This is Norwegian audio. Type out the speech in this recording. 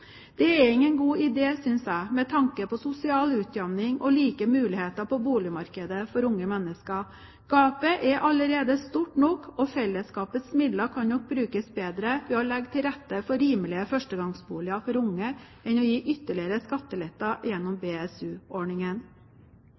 Det er ingen god idé, synes jeg, med tanke på sosial utjevning og like muligheter på boligmarkedet for unge mennesker. Gapet er allerede stort nok, og fellesskapets midler kan nok brukes bedre ved å legge til rette for rimelige førstegangsboliger for unge enn ved å gi ytterligere skattelette gjennom